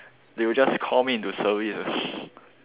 they will just call me into service ah